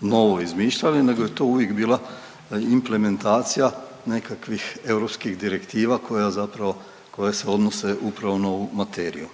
novo izmišljali nego je to uvijek bila implementacija nekakvih europskih direktiva koje se odnose upravo na ovu materiju.